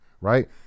right